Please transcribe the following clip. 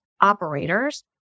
operators